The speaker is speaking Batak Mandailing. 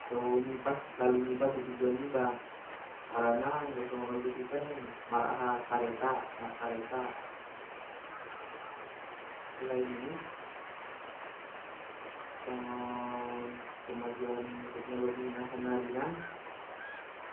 So um ipas lalu niba tu tujuan niba, harana anggo songon ojeki kan mar aha kareta, markareta. Selain i, songon kemajuan ni teknologi na sannarinan,